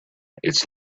its